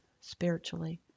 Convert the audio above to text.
spiritually